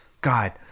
God